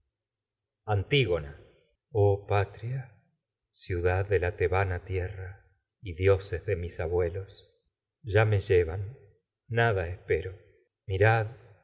incumplidas oh patria ciudad de abuelos ya me antígona la tebana tierra y dioses de mis llevan nada espero mirad